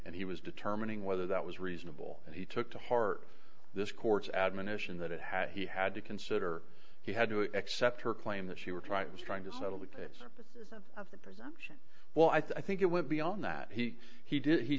and he was determining whether that was reasonable and he took to heart this court's admonition that it had he had to consider he had to accept her claim that she would try it was trying to settle the surface well i think it went beyond that he he did he